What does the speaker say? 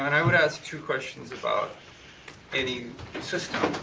i would ask two questions about any system.